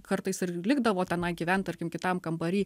kartais ir likdavo tenai gyvent tarkim kitam kambary